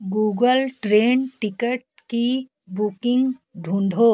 Google train ticket की booking ढूँढो